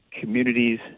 communities